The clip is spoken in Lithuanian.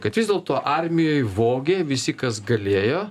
kad vis dėlto armijoj vogė visi kas galėjo